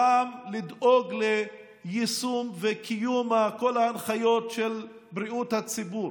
גם לדאוג ליישום ולקיום שך כל ההנחיות של בריאות הציבור